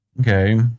Okay